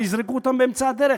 הרי יזרקו אותם באמצע הדרך.